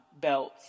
belts